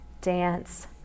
dance